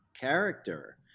character